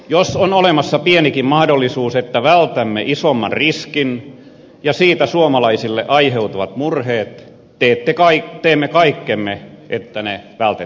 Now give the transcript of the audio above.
jos on olemassa pienikin mahdollisuus että vältämme isomman riskin ja siitä suomalaisille aiheutuvat murheet teemme kaikkemme että ne vältettäisiin